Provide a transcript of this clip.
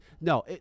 no